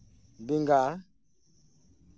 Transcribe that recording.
ᱵᱮᱸᱜᱟᱲ